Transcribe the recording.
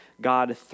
God